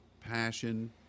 passion